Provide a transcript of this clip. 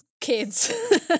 kids